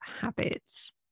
habits